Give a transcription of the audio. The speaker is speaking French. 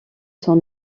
son